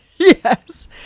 Yes